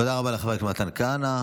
תודה רבה לחבר הכנסת מתן כהנא.